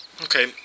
Okay